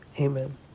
Amen